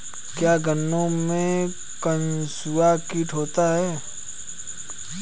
क्या गन्नों में कंसुआ कीट होता है?